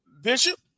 Bishop